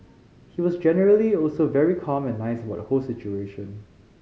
he was generally also very calm and nice about the whole situation